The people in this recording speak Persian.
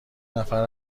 نفر